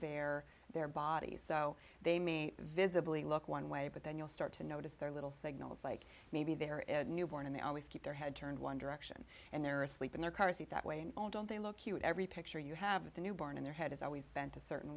their their bodies so they me visibly look one way but then you'll start to notice their little signals like maybe there is a newborn and they always keep their head turned one direction and they're asleep in their car seat that way they look cute every picture you have of the newborn in their head is always bent a certain